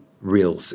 real